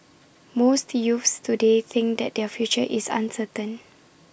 most youths today think that their future is uncertain